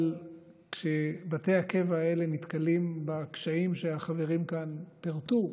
אבל כשבתי הקבע האלה נתקלים בקשיים שהחברים כאן פירטו,